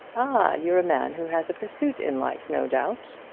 ah, you're a man who has a pursuit in life, no doubt.